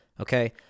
okay